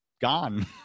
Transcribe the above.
gone